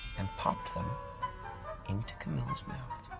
and popped them into camilla's mouth.